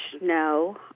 No